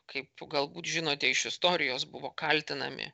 kaip galbūt žinote iš istorijos buvo kaltinami